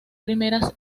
primeras